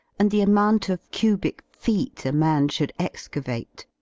and the amount of cubic feet a man should excavate.